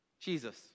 Jesus